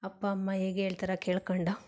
ಅಪ್ಪ ಅಮ್ಮ ಹೇಗೆ ಹೇಳ್ತಾರೆ ಕೇಳ್ಕೊಂಡು